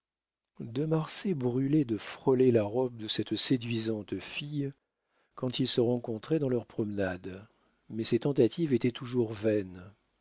de marsay brûlait de frôler la robe de cette séduisante fille quand ils se rencontraient dans leur promenade mais ses tentatives étaient toujours vaines